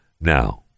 now